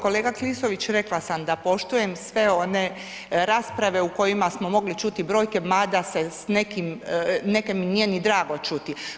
Kolega Klisović, rekla sam da poštujem sve one rasprave u kojima smo mogli čuti brojke, ma da se s nekim, neke mi nije ni drago čuti.